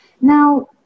Now